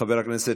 חבר הכנסת